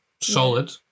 solid